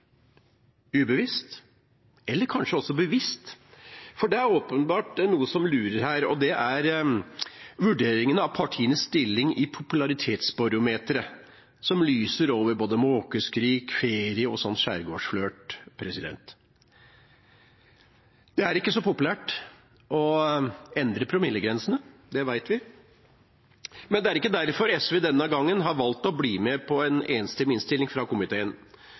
og det er vurderingen av partienes stilling på popularitetsbarometre, som lyser over både måkeskrik, ferie og skjærgårdsflørt. Det er ikke så populært å endre promillegrensa. Det vet vi. Men det er ikke derfor SV denne gangen har valgt å bli med på en enstemmig innstilling fra komiteen,